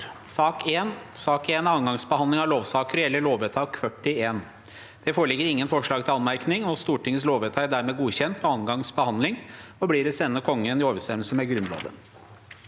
nr. 1 er andre gangs be- handling av lovsak og gjelder lovvedtak 41. Det foreligger ingen forslag til anmerkning. Stortingets lovvedtak er dermed godkjent ved andre gangs behandling og blir å sende Kongen i overensstemmelse med Grunnloven.